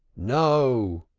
no!